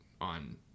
on